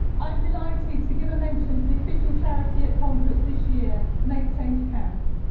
i'm delighted to give a mention to the official charity at conference this year, make change count.